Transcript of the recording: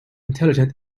intelligent